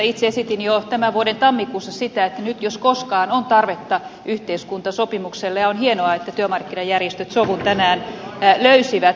itse esitin jo tämän vuoden tammikuussa sitä että nyt jos koskaan on tarvetta yhteiskuntasopimukselle ja on hienoa että työmarkkinajärjestöt sovun tänään löysivät